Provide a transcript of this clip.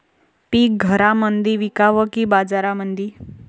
पीक घरामंदी विकावं की बाजारामंदी?